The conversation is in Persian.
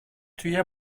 توی